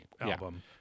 album